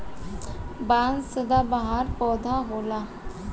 बांस सदाबहार पौधा होला